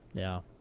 yeah.